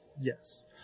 Yes